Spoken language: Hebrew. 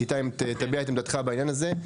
תביע את עמדתך בעניין הזה.